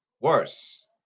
Worse